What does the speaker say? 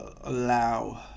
allow